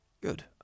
Good